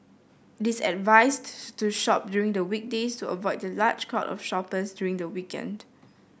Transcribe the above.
it is advised to shop during the weekdays to avoid the large crowd of shoppers during the weekend